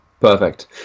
Perfect